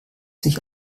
sich